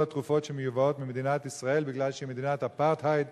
התרופות שמיובאות ממדינת ישראל בגלל שהיא מדינת אפרטהייד